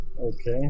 Okay